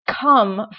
come